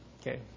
Okay